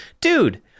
dude